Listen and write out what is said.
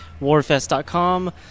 warfest.com